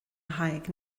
thaidhg